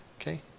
Okay